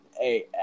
hey